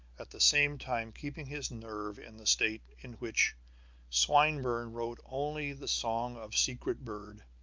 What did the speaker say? at the same time keeping his nerves in the state in which swinburne wrote only the song of secret bird,